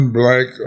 black